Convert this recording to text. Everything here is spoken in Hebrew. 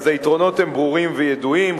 היתרונות הם ברורים וידועים,